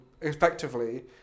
effectively